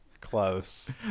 close